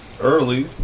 early